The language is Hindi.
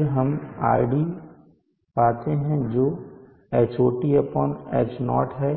फिर हम RD पाते हैं जो Hot H0 है